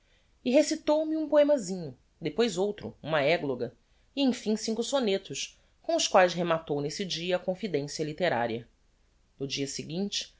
e recitou me um poemasinho depois outro uma egloga e emfim cinco sonetos com os quaes rematou nesse dia a confidencia litteraria no dia seguinte